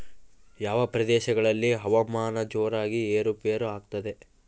ಯಾವ ಪ್ರದೇಶಗಳಲ್ಲಿ ಹವಾಮಾನ ಜೋರಾಗಿ ಏರು ಪೇರು ಆಗ್ತದೆ?